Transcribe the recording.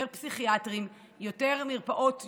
יותר פסיכיאטרים, יותר מרפאות יום,